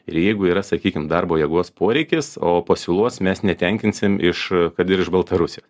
ir jeigu yra sakykim darbo jėgos poreikis o pasiūlos mes netenkinsim iš kad ir iš baltarusijos